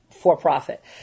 for-profit